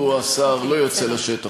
אם השר לא יוצא לשטח,